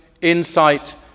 insight